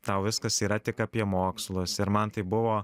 tau viskas yra tik apie mokslus ir man tai buvo